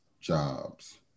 jobs